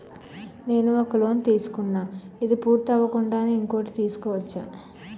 నేను ఒక లోన్ తీసుకున్న, ఇది పూర్తి అవ్వకుండానే ఇంకోటి తీసుకోవచ్చా?